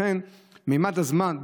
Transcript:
לכן ממד הזמן,